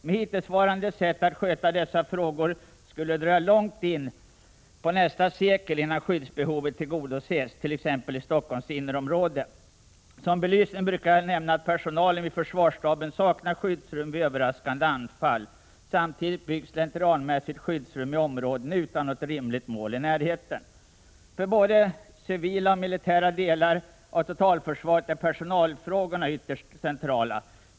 Med hittillsvarande sätt att sköta dessa frågor skulle det dröja till långt in på nästa sekel innan skyddsbehovet tillgodosetts, t.ex. i Stockholms innerområde. Som belysning brukar jag nämna att personalen vid försvarsstaben saknar skyddsrum vid överraskande anfall. Samtidigt byggs slentrianmässigt skyddsrum i områden utan något rimligt mål i närheten. För både civila och militära delar av totalförsvaret är personalfrågorna ytterst centrala.